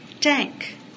tank